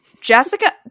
Jessica